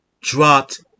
dropped